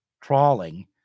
trawling